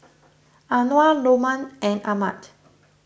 Anuar Lokman and Ahmad